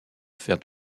faire